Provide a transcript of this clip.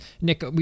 Nick